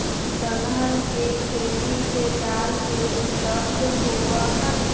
दलहन के खेती से दाल के उपलब्धि होबा हई